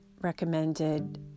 recommended